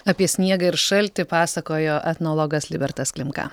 apie sniegą ir šaltį pasakojo etnologas libertas klimka